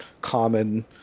common